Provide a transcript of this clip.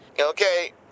Okay